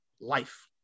life